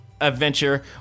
adventure